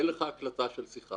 אין לך הקלטה של שיחה.